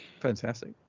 Fantastic